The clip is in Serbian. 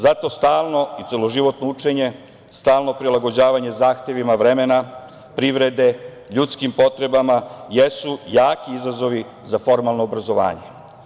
Zato stalno i celoživotno učenje, stalno prilagođavanje zahtevima vremena, privrede, ljudskim potrebama jesu jaki izazovi za formalno obrazovanje.